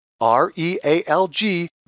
R-E-A-L-G